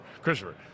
Christopher